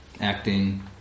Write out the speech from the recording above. acting